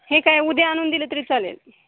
हे काय उद्या आ आणून दिलं तरी चालेल